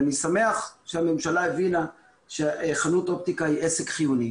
ואני שמח שהממשלה הבינה שחנות אופטיקה היא עסק חיוני,